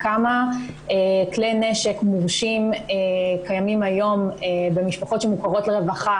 כמה כלי נשק מורשים קיימים היום במשפחות שמוכרות לרווחה